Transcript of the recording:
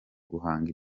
guhanga